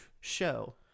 show